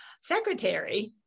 secretary